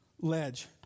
ledge